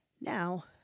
Now